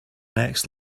next